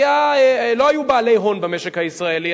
אז לא היו בעלי הון במשק הישראלי.